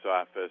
office